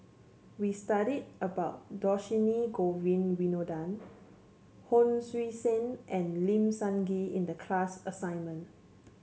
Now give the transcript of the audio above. we studied about Dhershini Govin Winodan Hon Sui Sen and Lim Sun Gee in the class assignment